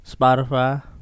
Spotify